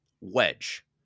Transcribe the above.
wedge